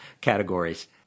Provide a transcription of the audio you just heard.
categories